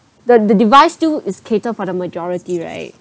the the device still is cater for the majority right